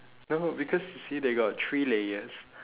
no because you see they got three layers